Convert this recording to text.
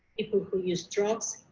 people who use drugs,